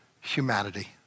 humanity